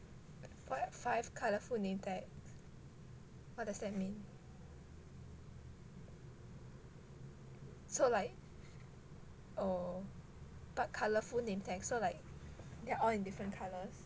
what five colourful name tags what does that mean so like oh but colourful name tags so like they're all in different colours